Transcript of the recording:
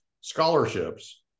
scholarships